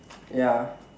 ya